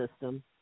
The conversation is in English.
system